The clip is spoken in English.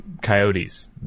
coyotes